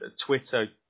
Twitter